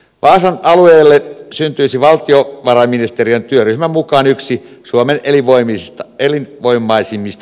vaasan alueelle syntyisi valtiovarainministeriön työryhmän mukaan yksi suomen elinvoimaisimmista alueista